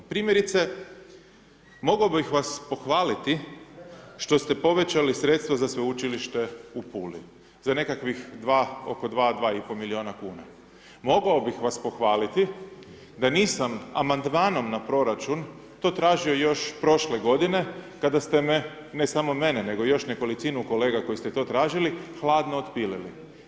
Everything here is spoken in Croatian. Primjerice, mogao bih vas pohvaliti što ste povećali sredstva za Sveučilište u Puli, za nekakvih 2, oko 2-2,5 milijuna kuna, mogao bih vas pohvaliti da nisam amandmanom na proračun to tražio još prošle godine, kada ste me, ne samo mene, nego još nekolicinu kolega koji ste to tražili, hladno otpilili.